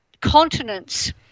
continent's